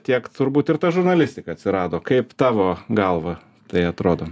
tiek turbūt ir ta žurnalistika atsirado kaip tavo galva tai atrodo